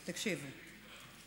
תקשיבי,